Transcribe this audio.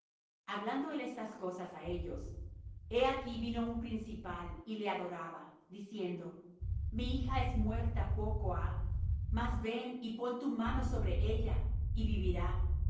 hablando él estas cosas á ellos he aquí vino un principal y le adoraba diciendo mi hija es muerta poco ha mas ven y pon tu mano sobre ella y vivirá